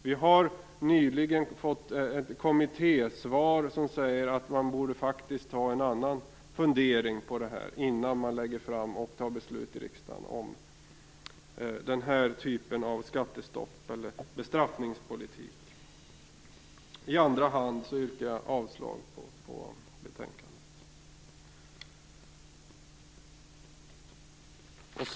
Vi har nyligen fått ett kommittésvar som säger att man borde fundera mer på det här innan man fattar beslut i riksdagen om den här typen av skattestopp eller bestraffningspolitik. I andra hand yrkar jag avslag på betänkandet.